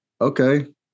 Okay